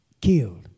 killed